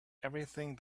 everything